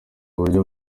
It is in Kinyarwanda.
uburyo